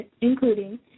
including